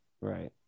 Right